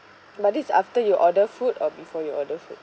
but this is after you order food or before you order food